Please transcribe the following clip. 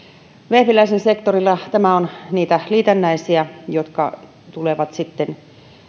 vehviläisen sektorilla tämä on niitä liitännäisiä jotka tulevat sitten